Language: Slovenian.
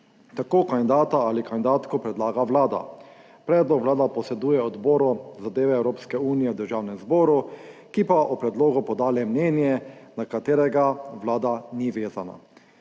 Tako kandidata ali kandidatko predlaga Vlada. Predlog Vlada posreduje Odboru za zadeve Evropske unije v Državnem zboru, ki pa o predlogu poda le mnenje, na katerega Vlada ni vezana.